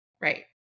Right